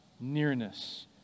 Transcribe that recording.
nearness